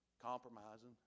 compromising